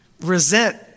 resent